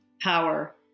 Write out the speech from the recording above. power